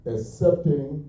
Accepting